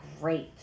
great